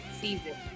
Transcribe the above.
season